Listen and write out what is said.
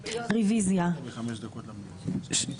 שישה.